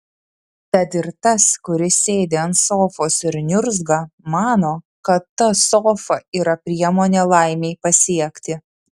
tad ir tas kuris sėdi ant sofos ir niurzga mano kad ta sofa yra priemonė laimei pasiekti